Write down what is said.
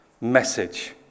message